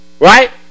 Right